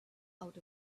out